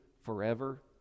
forever